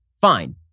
fine